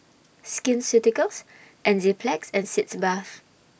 Skin Ceuticals Enzyplex and Sitz Bath